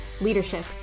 leadership